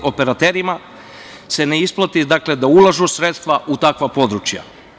Operaterima se ne isplati da ulažu sredstva u takva područja.